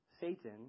Satan